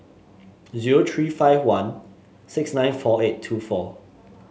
zero three five one six nine four eight two four